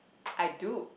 I do